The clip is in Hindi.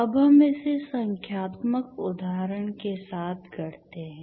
अब हम इसे संख्यात्मक उदाहरण के साथ करते हैं